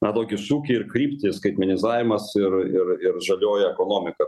na tokį sūkį ir kryptis skaitmenizavimas ir ir ir žalioji ekonomika